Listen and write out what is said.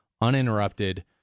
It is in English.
uninterrupted